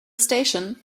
station